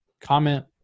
comment